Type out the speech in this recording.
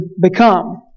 become